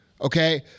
Okay